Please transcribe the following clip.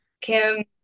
Kim